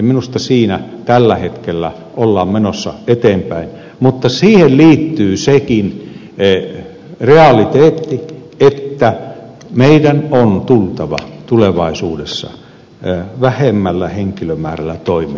minusta siinä tällä hetkellä ollaan menossa eteenpäin mutta siihen liittyy sekin realiteetti että meidän on tultava tulevaisuudessa vähemmällä henkilömäärällä toimeen